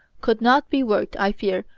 could not be worked, i fear,